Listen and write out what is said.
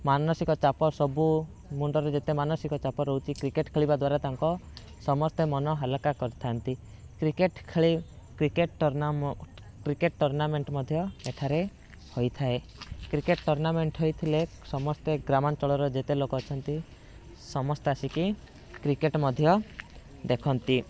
ମାନସିକ ଚାପ ସବୁ ମୁଣ୍ଡରେ ଯେତେ ମାନସିକ ଚାପ ରହୁଛି କ୍ରିକେଟ ଖେଳିବା ଦ୍ୱାରା ତାଙ୍କ ସମସ୍ତ ମନ ହାଲକା କରିଥାଆନ୍ତି କ୍ରିକେଟ ଖେଳି କ୍ରିକେଟର ନାମ କ୍ରିକେଟ ଟୁର୍ଣ୍ଣାମେଣ୍ଟ ମଧ୍ୟ ଏଠାରେ ହୋଇଥାଏ କ୍ରିକେଟ ଟୁର୍ଣ୍ଣାମେଣ୍ଟ ହୋଇଥିଲେ ସମସ୍ତେ ଗ୍ରାମଞ୍ଚଳର ଯେତେ ଲୋକ ଅଛନ୍ତି ସମସ୍ତେ ଆସିକି କ୍ରିକେଟ ମଧ୍ୟ ଦେଖନ୍ତି